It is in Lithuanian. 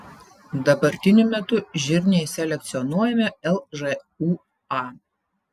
dabartiniu metu žirniai selekcionuojami lžūa